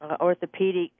orthopedic